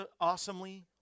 awesomely